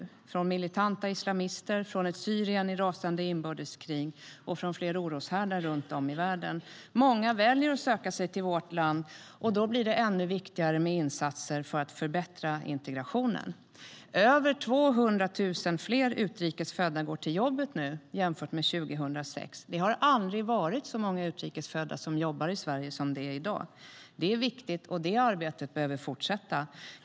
De flyr från militanta islamister i Irak, från ett Syrien i rasande inbördeskrig och från andra oroshärdar runt om i världen. Många människor väljer att söka sig till vårt land, och då blir det ännu viktigare med insatser för att förbättra integrationen. Över 200 000 fler utrikes födda går till jobbet nu jämfört med 2006. Det har aldrig varit så många utrikes födda som jobbar i Sverige som det är i dag. Det är viktigt, och det arbetet behöver fortsätta.